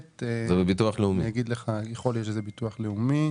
יכול להיות שזה בביטוח לאומי.